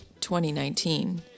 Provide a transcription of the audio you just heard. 2019